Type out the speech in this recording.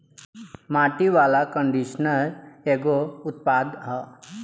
माटी वाला कंडीशनर एगो उत्पाद ह